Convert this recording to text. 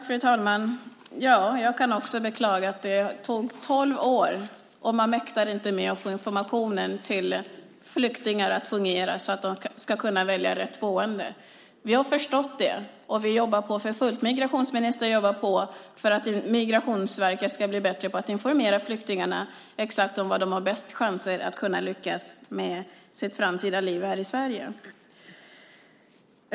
Fru talman! Ja, jag kan beklaga att det gick tolv år utan att man mäktade med informationen till flyktingarna, så att den skulle fungera och de kunde välja rätt boende. Vi har insett det, och vi jobbar på för fullt. Migrationsministern jobbar för att Migrationsverket ska bli bättre på att informera flyktingarna om var exakt de har bäst chanser att kunna lyckas med sina framtida liv i Sverige.